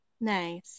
Nice